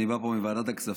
אני בא לפה מוועדת הכספים,